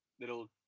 little